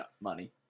money